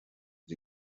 was